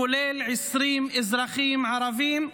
כולל 20 אזרחים ערבים,